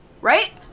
Right